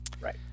right